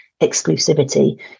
exclusivity